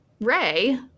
ray